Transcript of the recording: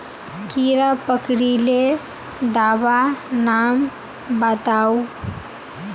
कीड़ा पकरिले दाबा नाम बाताउ?